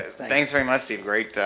thanks very much steve.